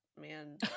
man